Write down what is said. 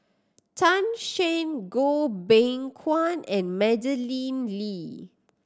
Tan Shen Goh Beng Kwan and Madeleine Lee